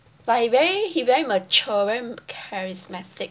but he very he very mature very charismatic